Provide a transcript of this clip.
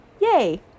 yay